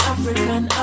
African